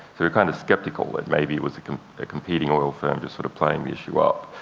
we were kind of skeptical that maybe it was a a competing oil firm just sort of playing the issue up.